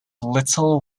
little